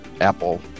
Apple